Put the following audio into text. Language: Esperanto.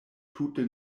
tute